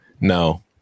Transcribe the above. No